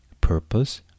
purpose